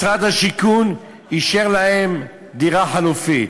משרד השיכון אישר להם דירה חלופית.